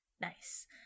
Nice